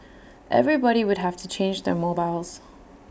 everybody would have to change their mobiles